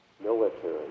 military